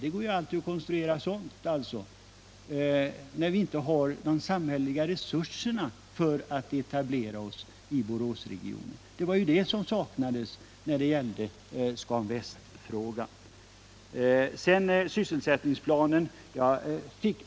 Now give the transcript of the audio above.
Det går ju alltid att konstruera sådana invändningar när vi inte har de samhälleliga resurserna för etablering i Boråsregionen. Det var ju de resurserna som saknades när det gällde Scan Väst.